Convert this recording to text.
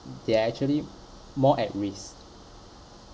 they're actually more at risk